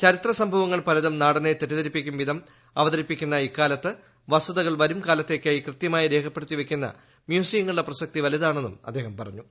ചരിത്രസംഭവങ്ങൾ പലതും നാടിനെ തെറ്റിദ്ധരിപ്പിക്കും വിധം അവതരിപ്പിക്കുന്ന ഇക്കാലത്ത് വസ്തുതകൾ വരും കാലത്തേക്കായി കൃത്യമായി രേഖപ്പെടുത്തിവെക്കുന്ന മ്യൂസിയങ്ങളുടെ പ്രസക്തി വലുതാണെന്നും അദ്ദേഹം പറഞ്ഞു